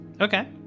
Okay